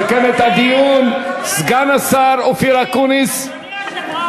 רוצה את הפלסטינים אזרחי מדינת ישראל,